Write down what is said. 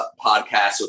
Podcast